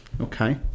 Okay